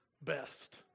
best